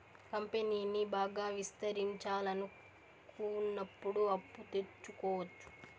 కంపెనీని బాగా విస్తరించాలనుకున్నప్పుడు అప్పు తెచ్చుకోవచ్చు